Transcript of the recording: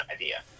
idea